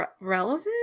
relevant